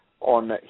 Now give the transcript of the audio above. on